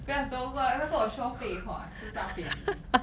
不要说不要跟我说废话吃大便 eh 你